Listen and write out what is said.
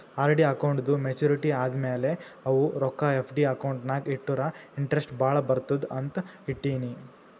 RD ಅಕೌಂಟ್ದೂ maturity ಆದಮ್ಯಾಲ ಅವು ರೊಕ್ಕಾ ಎಫ್.ಡಿ ಅಕೌಂಟ್ ನಾಗ್ ಇಟ್ಟುರ ಇಂಟ್ರೆಸ್ಟ್ ಭಾಳ ಬರ್ತುದ ಅಂತ್ ಇಟ್ಟೀನಿ